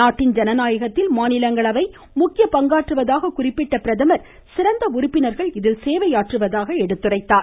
நாட்டின் ஜனநாயகத்தில் மாநிலங்களவை முக்கிய பங்காற்றுவதாக குறிப்பிட்ட பிரதமர் சிறந்த உறுப்பினர்கள் இதில் சேவையாற்றுவதாக எடுத்துரைத்தார்